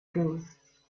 ghost